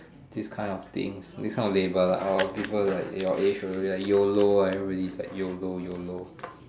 this kind of things this kind of labour ah or people like your age will be like Y_O_L_O everybody is like Y_O_L_O Y_O_L_O